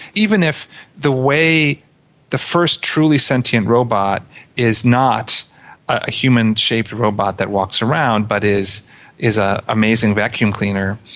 even if the way the first truly sentient robot is not a human shaped robot that walks around but is an ah amazing vacuum cleaner,